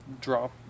drop